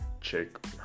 Check